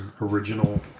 original